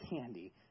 candy